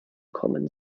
kommen